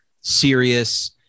serious